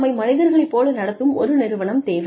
நம்மை மனிதர்களை போல நடத்தும் ஒரு நிறுவனம் தேவை